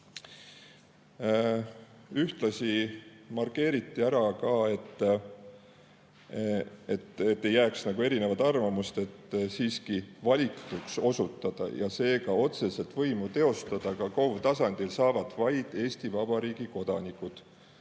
Ühtlasi markeeriti ära, et ei jääks erinevat arvamust, et valituks osutuda ja seega otseselt võimu teostada ka KOV‑i tasandil saavad siiski vaid Eesti Vabariigi kodanikud,